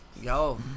Yo